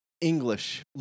English